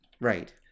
Right